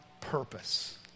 purpose